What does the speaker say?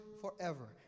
forever